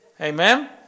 Amen